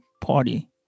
party